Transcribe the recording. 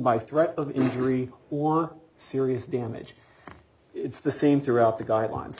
by threat of injury or serious damage it's the same throughout the guidelines